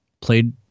played